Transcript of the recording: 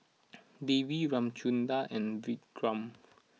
Devi Ramchundra and Vikram